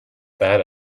that